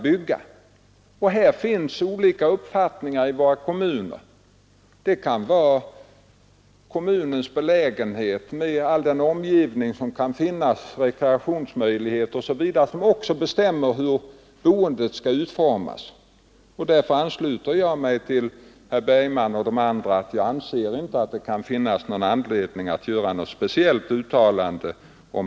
Det är värt att ta med allt detta i bilden när vi skall tala om bostadskostnaderna som de är. Vi har i långa stycken gjort förbättringar och kommer att göra förbättringar även framöver när det gäller att stödja de grupper som har det svårast i ekonomiskt avseende.